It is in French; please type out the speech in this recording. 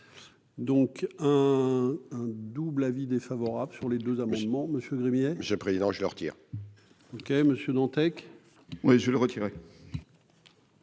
Donc un double avis défavorable sur les deux amendements monsieur Gremetz. Monsieur le président, je leur tire. OK Monsieur Dantec, oui, je vais le retirer.